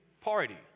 party